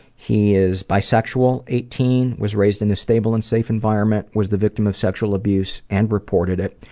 he is bisexual, eighteen, was raised in a stable and safe environment, was the victim of sexual abuse and reported it.